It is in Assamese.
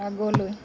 আগলৈ